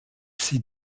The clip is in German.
sie